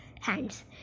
hands